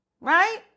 Right